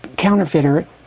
counterfeiter